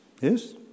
yes